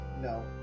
No